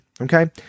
Okay